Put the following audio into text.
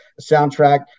soundtrack